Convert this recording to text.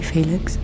Felix